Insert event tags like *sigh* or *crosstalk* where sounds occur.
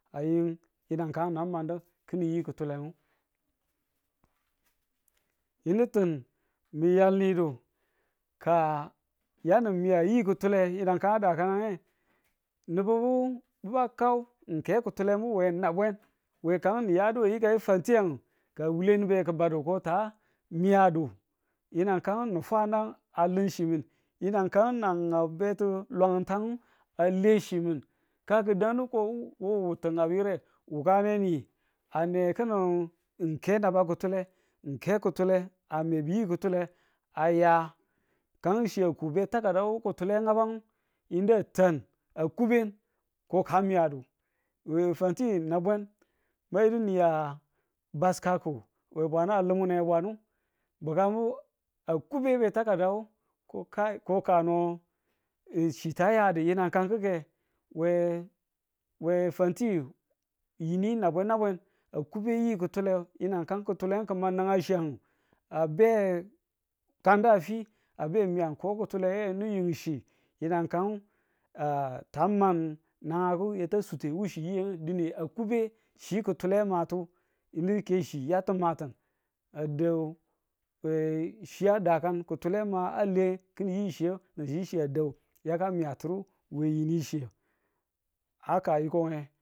a yim yinang kan madan kinin yi kutulenu yinu tin mi yal nidu ka yenu miyan yi kutule yinang kan a dakane nge nububu bu a kaw ng ke kutule nu we nabwen we kan niyadu we yikai fantiyan ka wule nube ki̱ badu ko ta miyadu yinang kan mu fwa dan a lim chi min yinang kan na nga beti nlwag a le chi min ka ki̱ dandu ko wo wo ti ngabu yire? mukaneni, a ne ki̱nin ng ke naba kutule ng ke kutule a me bi̱ yi kutule aya kan chi a ku be takada wo kutule a ngabe yinu a tan, a kuben ko ka miyadu. we fanti nabwen mayidu niya baskaku we bwana lo mune a bwa nu. bukamu a kuben be takadawu ko kai ko kano ng chi ta yadu yinang kan ki̱ke, we we fantiyu yini nabwen nabwen. a kube yi kutule yinang kan kutule ki ma nanang chiyan a be kanda a fi a be a miyan ko kutule nan yon chi yinang kan *hesitation* kan ma nanang ite swute yi chi dine a kuben chi kutule a ma to ng ke chi yaka mati̱n a dau we chi a dakang kutule a ma a le ki̱nin yi chiye ng chi a dau yaka miyatunu we yini chi a ka yiko ne